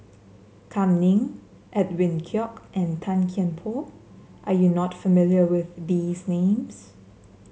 Kam Ning Edwin Koek and Tan Kian Por are you not familiar with these names